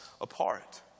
apart